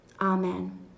Amen